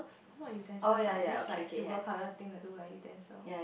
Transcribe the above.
not utensils lah this like silver colour thing that look like utensils